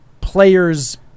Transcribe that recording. players